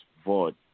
vote